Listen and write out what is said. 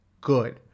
good